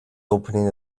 opening